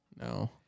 No